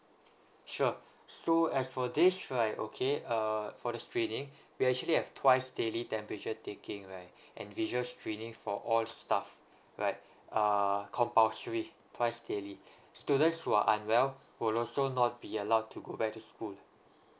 sure so as for days right okay uh for the screening we actually have twice daily temperature taking right and visuals screening for all the staffs right uh compulsory twice daily students who are unwell will also not be allowed to go back to school